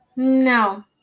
No